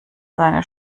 seine